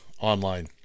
online